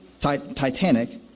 Titanic